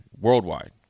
worldwide